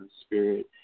spirit